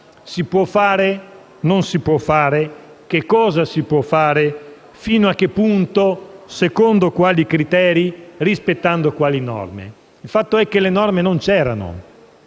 Si può fare? Non si può fare? Che cosa si può fare? Fino a che punto? Secondo quali criteri? Rispettando quali norme? Fatto è che le norme non c'erano